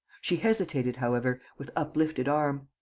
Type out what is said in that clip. she hesitated, however, with uplifted arm.